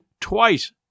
twice